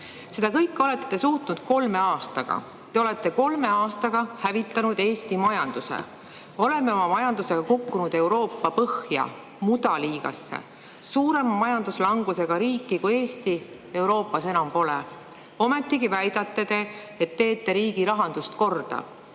Seda kõike olete te suutnud kolme aastaga. Te olete kolme aastaga hävitanud Eesti majanduse. Oleme oma majandusega kukkunud Euroopa põhja, mudaliigasse. Suurema majanduslangusega riiki kui Eesti Euroopas pole. Ometigi väidate, et teete riigirahandust korda. Ja